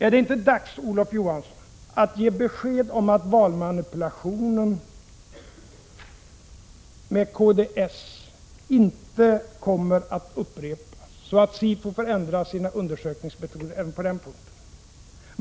Är det inte dags, Olof Johansson, att ge besked om att valmanipulationen med kds inte kommer att upprepas, så att SIFO får ändra sina undersökningsmetoder även på den punkten?